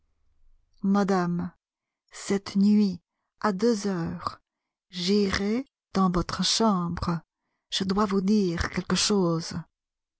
madame cette nuit à deux heures j'irai dans votre chambre je dois vous dire quelque chose